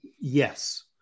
Yes